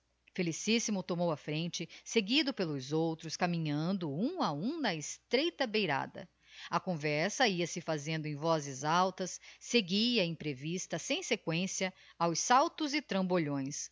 felicissimo tomou a frente seguido pelos outros caminhando um a um na estreita beirada a conversa ia-se fazendo em vozes altas seguia imprevista sem sequencia aos saltos e trambolhões